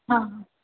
हां हां